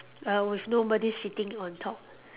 uh with nobody siting on top